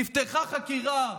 נפתחה חקירה,